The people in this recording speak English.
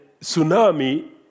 tsunami